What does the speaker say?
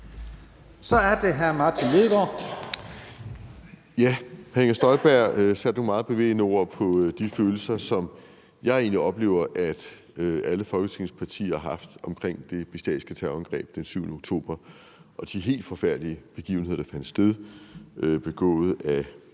Kl. 14:42 Martin Lidegaard (RV): Fru Inger Støjberg satte nogle meget bevægende ord på de følelser, som jeg egentlig oplever at alle Folketingets partier har haft omkring det bestialske terrorangreb den 7. oktober og de helt forfærdelige begivenheder og handlinger, der fandt sted, begået af